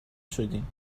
شدین